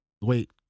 wait